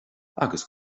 agus